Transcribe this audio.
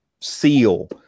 seal